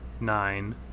nine